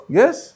yes